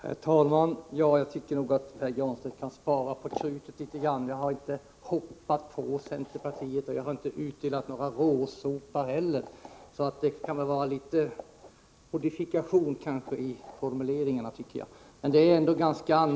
Herr talman! Jag tycker nog att Pär Granstedt kan spara på krutet litet grand. Jag har inte hoppat på centerpartiet, och jag har inte utdelat några råsopar heller. Det kan väl finnas någon modifikation i formuleringarna, tycker jag.